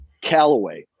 Callaway